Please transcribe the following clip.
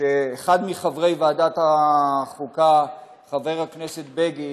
שאחד מחברי ועדת החוקה, חבר הכנסת בגין,